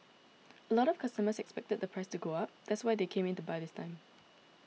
a lot of customers expected the price to go up that's why they came in to buy this time